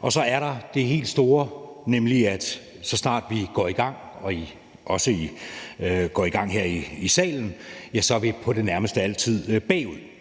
Og så er der det helt store, nemlig at så snart vi går i gang, og også går i gang her i salen, så er vi på det nærmeste altid bagud.